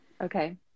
okay